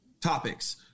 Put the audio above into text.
topics